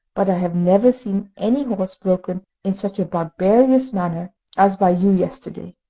but i have never seen any horse broken in such a barbarous manner as by you yesterday.